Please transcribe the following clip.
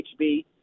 HB